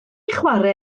chwarae